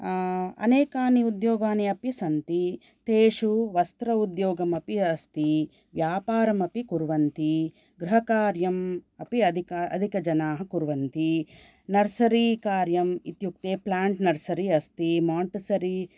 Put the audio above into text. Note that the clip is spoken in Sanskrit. अनेकानि उद्योगानि अपि सन्ति तेषु वस्त्र उद्योगम् अपि अस्ति व्यापरमपि कुर्वन्ति गृहकार्यम् अपि अधिक अधिकजनाः कुर्वन्ति नर्सरि कार्यम् इत्युक्ते प्लाण्ट् नर्सरि माण्टेसरि